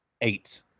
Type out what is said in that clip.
eight